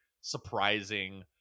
surprising